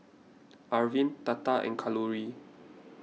Arvind Tata and Kalluri